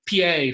PA